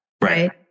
Right